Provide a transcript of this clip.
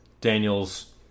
Daniel's